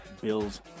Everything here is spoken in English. bill's